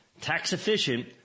tax-efficient